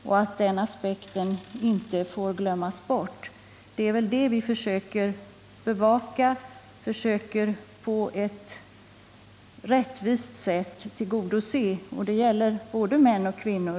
Den aspekten får inte glömmas bort. Det är väl dessa strävanden vi försöker bevaka och på ett rättvist sätt tillgodose. Det gäller både män och kvinnor.